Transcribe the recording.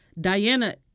Diana